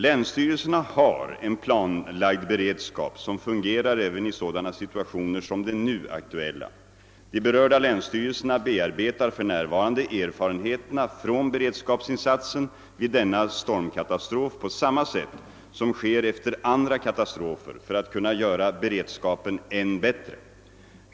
Länsstyrelserna har en planlagd beredskap som fungerar även i sådana situationer som den nu aktuella. De berörda länsstyrelserna bearbetar för närvarande erfarenheterna från beredskapsinsatsen vid denna stormkatastrof på samma sätt som sker efter andra katastrofer för att kunna göra beredskapen än bättre.